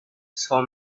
saw